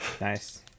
Nice